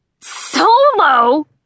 Solo